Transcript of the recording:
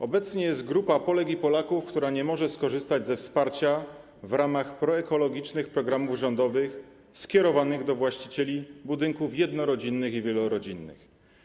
Obecnie jest grupa Polek i Polaków, która nie może skorzystać ze wsparcia w ramach proekologicznych programów rządowych skierowanych do właścicieli budynków jednorodzinnych i wielorodzinnych.